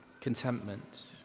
contentment